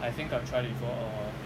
I think I've tried it before err